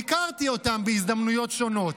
ביקרתי אותם בהזדמנויות שונות.